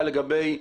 שלום.